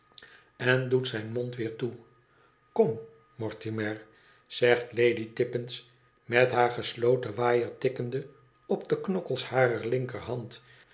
en doet zijn mond weer toe kom mortimer zegt lady tippins met haar gesloten waaier tikkende op de knokkels harer linkerhand